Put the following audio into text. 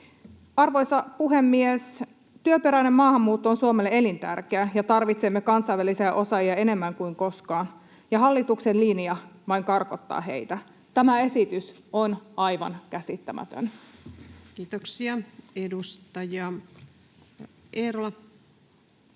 Arvoisa puhemies! Työperäinen maahanmuutto on Suomelle elintärkeä, ja tarvitsemme kansainvälisiä osaajia enemmän kuin koskaan. Hallituksen linja vain karkottaa heitä. Tämä esitys on aivan käsittämätön. [Speech 124] Speaker: